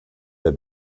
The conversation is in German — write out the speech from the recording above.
der